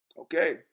Okay